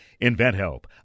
InventHelp